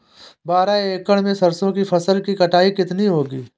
बारह एकड़ में सरसों की फसल की कटाई कितनी होगी?